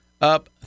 up